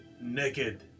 Naked